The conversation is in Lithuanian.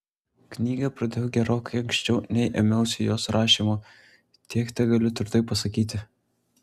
knygą pradėjau gerokai anksčiau nei ėmiausi jos rašymo tiek tegaliu tvirtai pasakyti